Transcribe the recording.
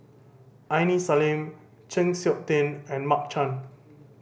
Aini Salim Chng Seok Tin and Mark Chan